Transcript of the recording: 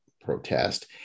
protest